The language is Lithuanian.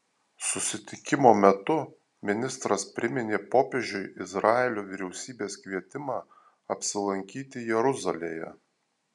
susitikimo metu ministras priminė popiežiui izraelio vyriausybės kvietimą apsilankyti jeruzalėje